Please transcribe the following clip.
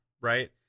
right